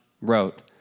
wrote